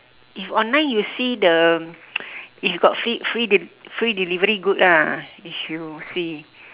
if online you see the if got free free deli~ free delivery good lah if you see